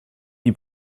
die